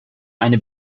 eine